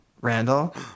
Randall